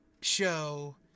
show